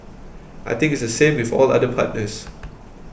I think it's the same with all other partners